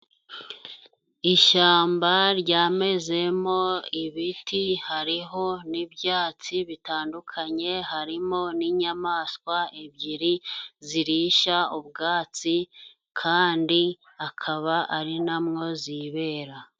Ishamba ryamezemo ibiti, hariho n'ibyatsi bitandukanye, harimo n'inyamaswa ebyiri zirisha ubwatsi, kandi akaba ari na mwo zibera.